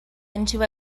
into